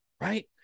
right